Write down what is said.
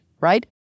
right